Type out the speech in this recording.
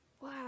Wow